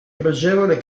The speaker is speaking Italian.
pregevole